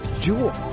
Jewel